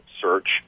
search